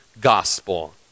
gospel